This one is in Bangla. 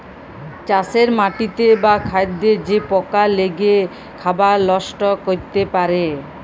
চাষের মাটিতে বা খাদ্যে যে পকা লেগে খাবার লষ্ট ক্যরতে পারে